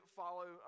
follow